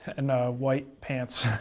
and white pants,